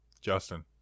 Justin